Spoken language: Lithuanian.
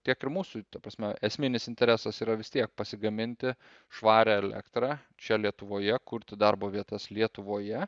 tiek ir mūsų ta prasme esminis interesas yra vis tiek pasigaminti švarią elektrą čia lietuvoje kurti darbo vietas lietuvoje